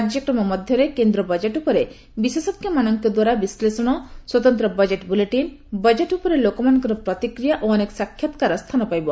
କାର୍ଯ୍ୟକ୍ରମ ମଧ୍ୟରେ କେନ୍ଦ୍ର ବଜେଟ୍ ଉପରେ ବିଶେଷଜ୍ଞମାନଙ୍କ ଦ୍ୱାରା ବିଶ୍ଳେଷଣ ସ୍ୱତନ୍ତ୍ର ବଜେଟ୍ ବୁଲେଟିନ୍ ବଜେଟ୍ ଉପରେ ଲୋକମାନଙ୍କର ପ୍ରତିକ୍ରିୟା ଓ ଅନେକ ସାକ୍ଷାତ୍କାର ସ୍ଥାନ ପାଇବ